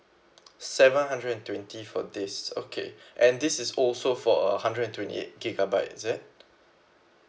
seven hundred and twenty for this okay and this is also for a hundred and twenty eight gigabyte is it